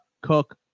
Cook